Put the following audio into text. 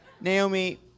Naomi